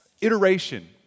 iteration